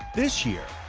this year,